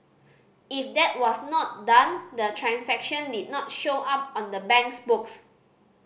if that was not done the transaction did not show up on the bank's books